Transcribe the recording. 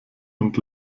und